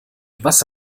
was